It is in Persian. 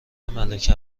ملک